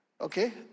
Okay